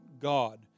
God